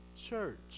church